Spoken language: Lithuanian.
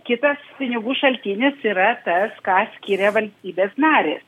kitas pinigų šaltinis yra tas ką skiria valstybės narės